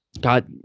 God